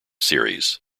series